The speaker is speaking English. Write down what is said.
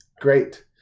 great